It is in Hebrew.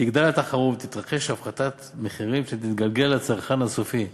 תגדל התחרות ותתרחש הפחתת מחירים שתתגלגל לצרכן הסופי.